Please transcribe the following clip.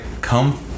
come